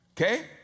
okay